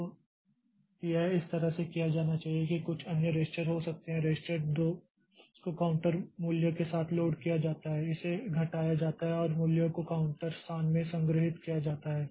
तो यह इस तरह से किया जाना चाहिए कि कुछ अन्य रजिस्टर हो सकते हैं रजिस्टर 2 को काउंटर मूल्य के साथ लोड किया जाता है इसे घटाया जाता है और मूल्य को काउंटर स्थान में संग्रहीत किया जाता है